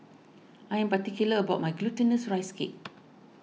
I am particular about my Glutinous Rice Cake